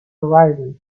horizon